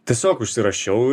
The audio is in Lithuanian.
tiesiog užsirašiau